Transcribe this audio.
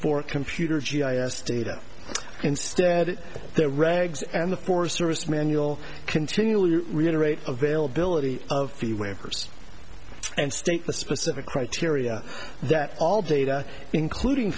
for computer g i s data instead of the regs and the forest service manual continually reiterate availability of the waivers and state the specific criteria that all data including